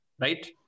right